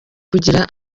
kugira